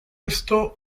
esto